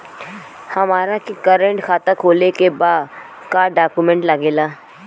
हमारा के करेंट खाता खोले के बा का डॉक्यूमेंट लागेला?